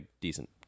decent